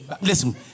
listen